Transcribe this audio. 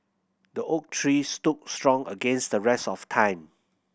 the oak tree stood strong against the rest of time